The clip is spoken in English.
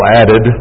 added